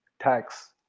Tax